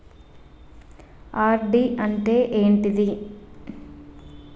RD అంటే ఏంటిది?